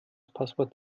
passwort